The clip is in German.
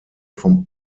vom